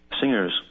singers